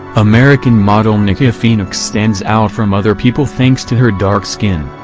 american model nikia phoenix stands out from other people thanks to her dark skin,